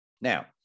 Now